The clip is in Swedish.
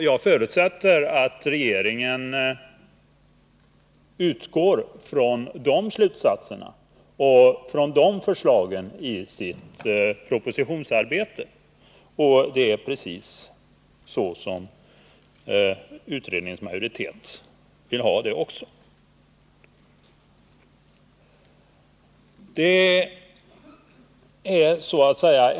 Jag förutsätter att regeringen utgår ifrån de här förslagen i sitt propositionsarbete. Det är också så utredningens majoritet vill ha det. Vi får se hur det blir.